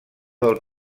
del